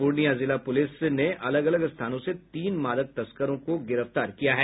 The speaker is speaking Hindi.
पूर्णियां जिले पुलिस ने अलग अगल स्थानों से तीन मादक तस्करों को गिरफ्तार किया है